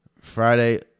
Friday –